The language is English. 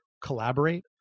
collaborate